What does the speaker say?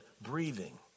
breathing